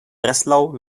breslau